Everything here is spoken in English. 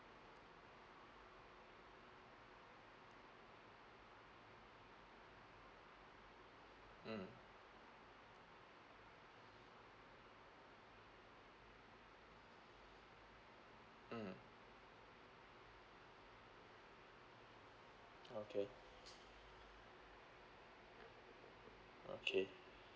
mm mm okay okay